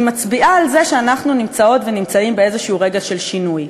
מצביעה על זה שאנחנו נמצאות ונמצאים ברגע כלשהו של שינוי.